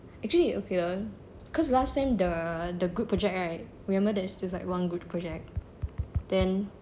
actually okay [one] cause last time the the group project right remember that there's just like one good project then